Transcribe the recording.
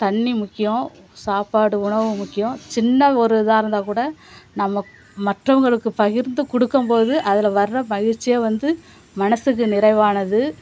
தண்ணி முக்கியம் சாப்பாடு உணவு முக்கியம் சின்ன ஒரு இதாக இருந்தால்கூட நம்ம மற்றவங்களுக்கு பகிர்ந்து கொடுக்கும் போது அதில் வர்ற மகிழ்ச்சியே வந்து மனசுக்கு நிறைவானது